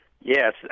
Yes